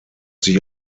sich